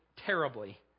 terribly